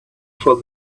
for